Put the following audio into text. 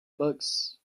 books